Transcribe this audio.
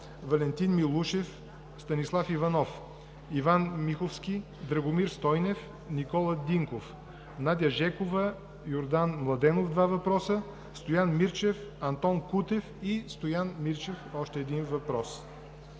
Валентин Милушев, Станислав Иванов, Иван Миховски, Драгомир Стойнев, Никола Динков, Надя Жекова и Йордан Младенов, два въпроса; Стоян Мирчев, Антон Кутев и Стоян Мирчев. На основание